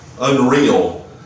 unreal